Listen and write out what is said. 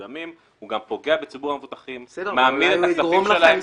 הוא צעד שגם פוגע בציבור המבוטחים וגם מעמיד את הכספים שלהם,